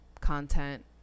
content